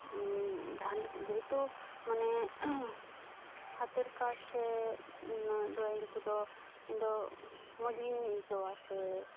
ᱡᱟᱦᱟᱱ ᱡᱮᱦᱮᱛᱩ ᱢᱟᱱᱮ ᱦᱟᱛᱮᱨ ᱠᱟᱡᱽ ᱥᱮ ᱰᱨᱚᱭᱤᱝ ᱠᱚᱫᱚ ᱤᱧᱫᱚ ᱢᱚᱡᱽ ᱜᱮᱧ ᱟᱹᱭᱠᱟᱣᱟ ᱥᱮ